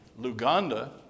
Luganda